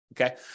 Okay